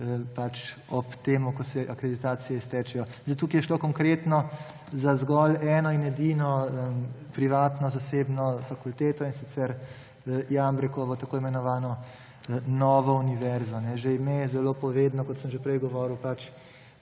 ob tem, ko se akreditacije iztečejo. Tukaj je šlo konkretno za zgolj eno in edino privatno zasebno fakulteto, in sicer Jambrekovo tako imenovano Novo univerzo. Že ime je zelo povedno, kot sem že prej govoril,